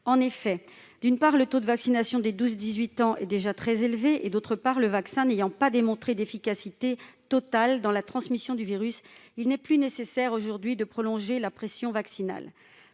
culturelles. D'une part, le taux de vaccination des 12-18 ans est déjà très élevé, et, d'autre part, le vaccin n'a pas démontré d'efficacité totale dans la lutte contre la transmission du virus. Aussi, il n'est plus nécessaire aujourd'hui de prolonger la pression vaccinale.